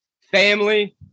Family